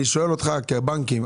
כנציג איגוד הבנקים,